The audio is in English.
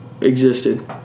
existed